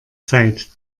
zeit